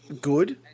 good